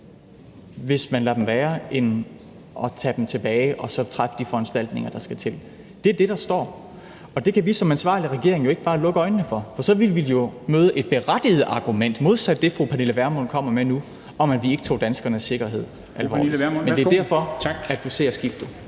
hvis man lader dem være, end det gør at tage dem tilbage og så træffe de foranstaltninger, der skal til – så kan vi som ansvarlig regering jo ikke bare lukke øjnene for det, altså at det er det, der står. For så ville vi møde et berettiget argument – modsat det, fru Pernille Vermund kommer med nu – om, at vi ikke tog danskernes sikkerhed alvorligt. Det er derfor, at man ser skiftet.